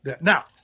Now